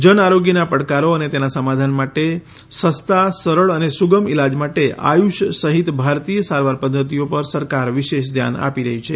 જન આરોગ્યના પડકારો અને તેના સમાધાન માટે સસ્તા સરળ અને સુગમ ઇલાજ માટે આયુષ સહિત ભારતીય સારવાર પધ્ધતિઓ પર સરકાર વિશેષ ધ્યાન આપી રહી છે